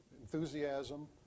enthusiasm